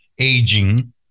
aging